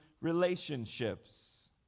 relationships